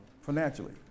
Financially